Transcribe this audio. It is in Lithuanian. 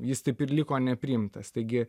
jis taip ir liko nepriimtas taigi